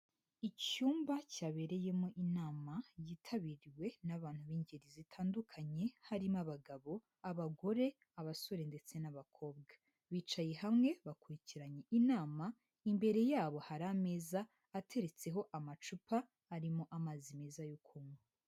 Icyumba cyabereyemo inama, yitabiriwe n'abantu b'ingeri zitandukanye, harimo abagabo, abagore, abasore ndetse n'abakobwa. Bicaye hamwe, bakurikiranye inama, imbere yabo hari ameza ateretseho amacupa, arimo amazi meza yo kunywa.